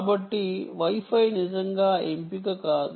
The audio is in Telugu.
కాబట్టి వై ఫై నిజంగా ఎంపిక కాదు